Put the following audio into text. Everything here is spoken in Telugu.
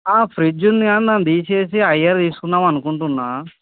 ఫ్రిడ్జ్ ఉంది కానీ దాన్ని తీసేసి హైయర్ తీసుకుందాము అనుకుంటున్నాను